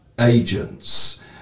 agents